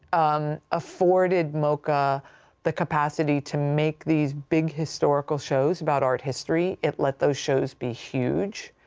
um, afforded moca the capacity to make these big historical shows about art history. it let those shows be huge,